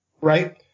right